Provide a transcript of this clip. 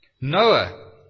Noah